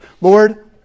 Lord